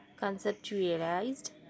conceptualized